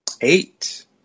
Eight